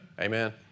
Amen